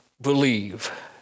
believe